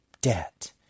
debt